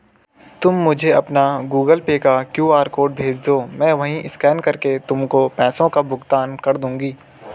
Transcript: तुम मुझे अपना गूगल पे का क्यू.आर कोड भेजदो, मैं वहीं स्कैन करके तुमको पैसों का भुगतान कर दूंगी